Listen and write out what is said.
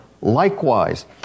likewise